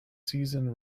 season